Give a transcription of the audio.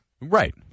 Right